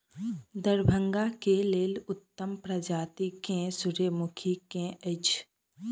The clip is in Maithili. दरभंगा केँ लेल उत्तम प्रजाति केँ सूर्यमुखी केँ अछि?